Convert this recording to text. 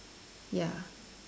ya